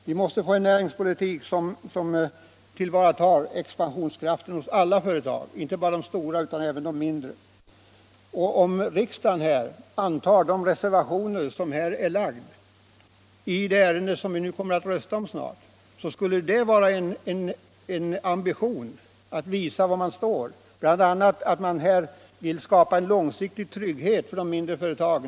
Vi måste få en näringspolitik som tillvaratar möjligheterna till expansion hos alla företag, inte bara de stora utan även de mindre. Om riksdagen bifaller de reservationer som har framlagts i det ärende som vi snart kommer att rösta om skulle det visa en ambition bl.a. att skapa en långsiktig trygghet för de mindre företagen.